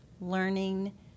learning